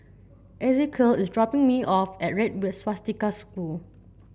Ezequiel is dropping me off at Red Swastika School